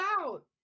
out